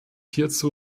hierzu